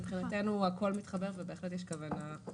מבחינתנו הכול מתחבר ובהחלט יש כוונה לכך.